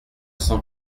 cent